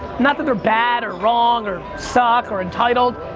not that they're bad or wrong or suck or entitled,